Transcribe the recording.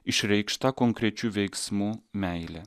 išreikšta konkrečiu veiksmu meile